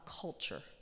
culture